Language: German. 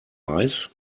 reis